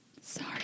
Sorry